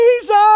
Jesus